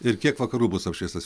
ir kiek vakarų bus apšviestas